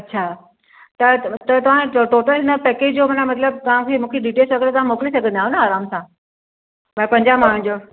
अछा त त तव्हां टोटल हिन जो पैकेज जो माना मतलबु तव्हां खे मूंखे डिटेल्स वग़ैरह तव्हां मोकिले सघंदा आहियो न आरामु सां भाई पंजाह माण्हुनि जो